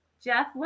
Jeff